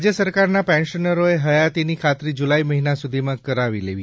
રાજ્ય સરકારના પેન્શનરોએ હયાતીની ખાતરી જુલાઈ મહિના સુધીમાં કરાવી લેવી